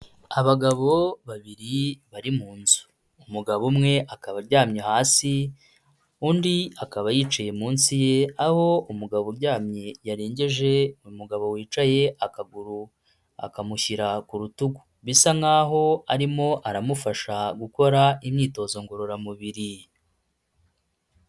Abagabo babiri bari mu nzu, umugabo umwe akaba aryamye hasi, undi akaba yicaye munsi ye, aho umugabo uryamye yarengeje umugabo wicaye akaguru akamushyira ku rutugu, bisa nkaho arimo aramufasha gukora imyitozo ngororamubiri.